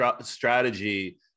strategy